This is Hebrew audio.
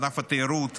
בענף התיירות,